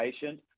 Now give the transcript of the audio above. patient